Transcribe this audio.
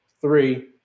three